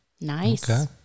Nice